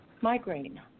migraine